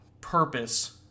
purpose